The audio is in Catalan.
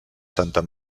santa